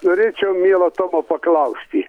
norėčiau mielo tomo paklausti